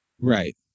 Right